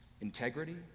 Integrity